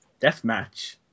Deathmatch